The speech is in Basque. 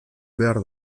behar